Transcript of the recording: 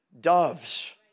doves